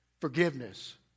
forgiveness